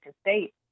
state